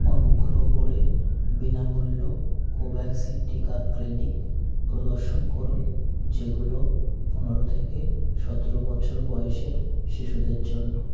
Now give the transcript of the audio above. অনুগ্রহ করে বিনামূল্য কোভ্যাক্সিন টিকা ক্লিনিক প্রদর্শন করুন যেগুলো পনেরো থেকে সতেরো বছর বয়সের শিশুদের জন্য